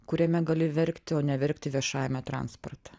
kuriame gali verkti o neverkti viešajame transporte